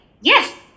yes